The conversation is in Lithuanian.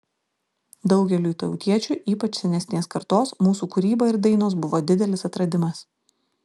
daugeliui tautiečių ypač senesnės kartos mūsų kūryba ir dainos buvo didelis atradimas